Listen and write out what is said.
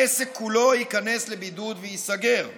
העסק כולו ייכנס לבידוד וייסגר.